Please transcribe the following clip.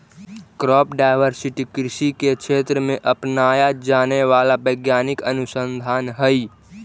crop diversity कृषि के क्षेत्र में अपनाया जाने वाला वैज्ञानिक अनुसंधान हई